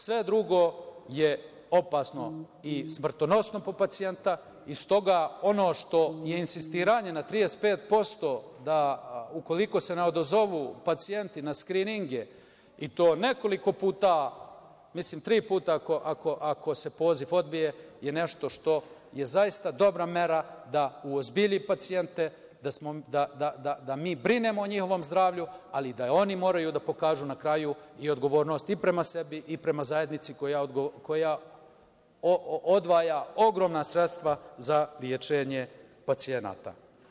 Sve drugo je opasno i smrtonosno po pacijenta i stoga, ono što je insistiranje na 35% da, ukoliko se ne odazovu pacijenti na skrininge i to nekoliko puta, mislim da tri puta ako se poziv odbije, je nešto što je zaista dobra mera da uozbilji pacijente, da mi brinemo o njihovom zdravlju, ali i da oni moraju da pokažu na kraju i odgovornost i prema sebi i prema zajednici koja odvaja ogromna sredstva za lečenje pacijenata.